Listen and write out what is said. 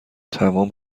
تمام